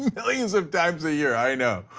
millions of times a year, i know.